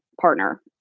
partner